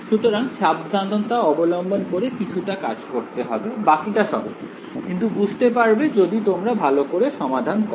সুতরাং সাবধানতা অবলম্বন করে কিছুটা কাজ করতে হবে বাকিটা সহজ কিন্তু বুঝতে পারবে যদি তোমরা ভালো করে সমাধান করো